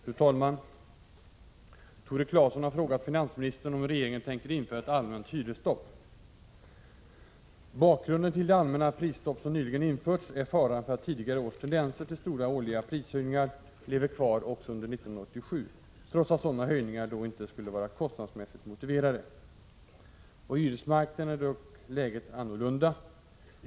Fru talman! Tore Claeson har frågat finansministern om regeringen tänker införa ett allmänt hyresstopp. Bakgrunden till det allmänna prisstopp som nyligen införts är faran för att tidigare års tendenser till stora årliga prishöjningar lever kvar också under 1987, trots att sådana höjningar då inte skulle vara kostnadsmässigt motiverade. På hyresmarknaden är läget dock annorlunda.